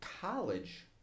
college